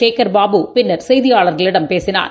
சேகர்பாபு பின்னர் செய்தியாளர்களிடம் பேசினார்